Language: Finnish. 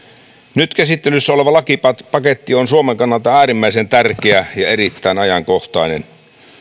nyt käsittelyssä oleva lakipaketti on suomen kannalta äärimmäisen tärkeä ja erittäin ajankohtainen